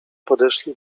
podeszli